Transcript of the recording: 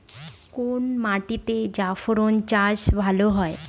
কোন মাটিতে জাফরান চাষ ভালো হয়?